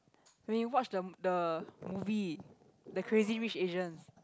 when you watch the m~ the movie the Crazy-Rich-Asians